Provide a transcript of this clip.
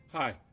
Hi